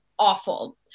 awful